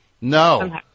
no